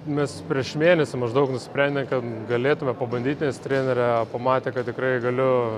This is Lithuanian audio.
mes prieš mėnesį maždaug nusprendėm kad galėtume pabandyt nes trenerė pamatė kad tikrai galiu